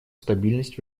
стабильность